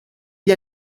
gli